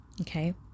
Okay